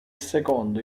secondo